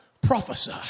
prophesy